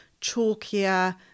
chalkier